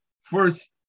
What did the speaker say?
First